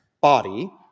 body